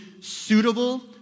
suitable